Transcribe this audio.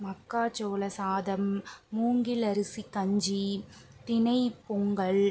மக்காச்சோள சாதம் மூங்கில் அரிசி கஞ்சி தினை பொங்கல்